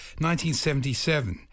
1977